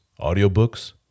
audiobooks